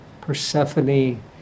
Persephone